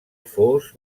fos